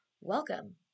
welcome